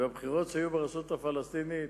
בבחירות שהיו ברשות הפלסטינית,